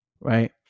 right